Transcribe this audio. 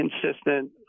consistent